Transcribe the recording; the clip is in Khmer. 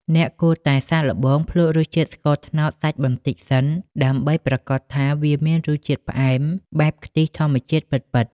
អ្នកគួរតែសាកល្បងភ្លក់រសជាតិស្ករត្នោតសាច់បន្តិចសិន ដើម្បីប្រាកដថាវាមានរសជាតិផ្អែមបែបខ្ទិះធម្មជាតិពិតៗ។